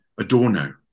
Adorno